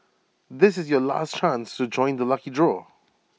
this is your last chance to join the lucky draw